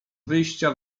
wyjścia